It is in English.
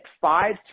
five